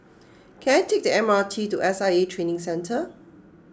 can I take the M R T to S I A Training Centre